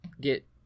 get